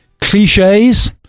cliches